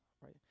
right